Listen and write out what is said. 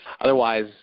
Otherwise